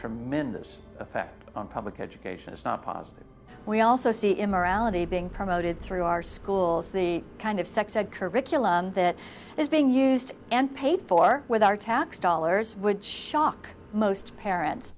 tremendous effect on public education it's not positive we also see immorality being promoted through our schools the kind of sex ed curriculum that is being used and paid for with our tax dollars which shock most parents